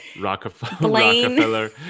Rockefeller